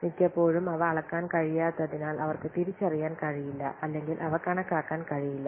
മിക്കപ്പോഴും അവ അളക്കാൻ കഴിയാത്തതിനാൽ അവർക്ക് തിരിച്ചറിയാൻ കഴിയില്ല അല്ലെങ്കിൽ അവ കണക്കാക്കാൻ കഴിയില്ല